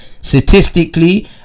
Statistically